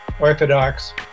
orthodox